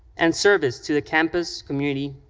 and service to the campus, community,